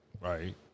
Right